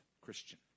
Christian